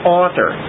author